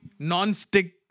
nonstick